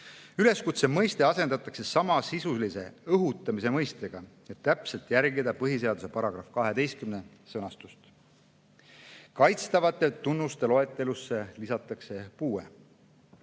üleskutse mõiste asendatakse samasisulise õhutamise mõistega, et täpselt järgida põhiseaduse § 12 sõnastust. Kaitstavate tunnuste loetelusse lisatakse puue.